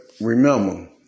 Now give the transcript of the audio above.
remember